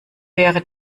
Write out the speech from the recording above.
wäre